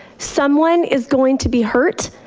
someone is going to be hurt,